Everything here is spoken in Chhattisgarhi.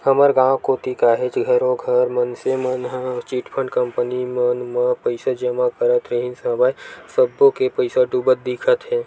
हमर गाँव कोती काहेच घरों घर मनसे मन ह चिटफंड कंपनी मन म पइसा जमा करत रिहिन हवय सब्बो के पइसा डूबत दिखत हे